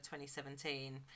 2017